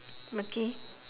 okay